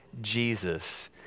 Jesus